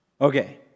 Okay